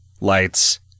lights